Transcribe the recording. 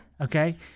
okay